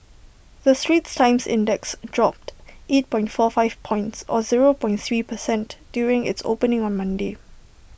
the straits times index dropped eight point four five points or zero point three per cent during its opening on Monday